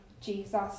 Jesus